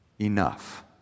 enough